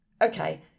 Okay